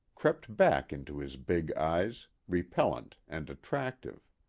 crept back into his big eyes, repellant and attractive.